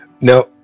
now